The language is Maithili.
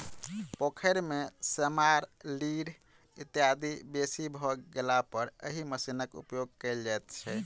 पोखैर मे सेमार, लीढ़ इत्यादि बेसी भ गेलापर एहि मशीनक उपयोग कयल जाइत छै